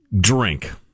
Drink